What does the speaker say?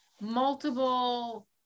multiple